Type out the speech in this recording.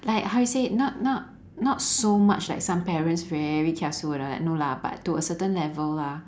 like how you say not not not so much like some parents very kiasu and all that no lah but to a certain level lah